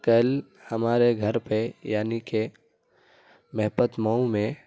کل ہمارے گھر پہ یعنی کہ مہپت مئو میں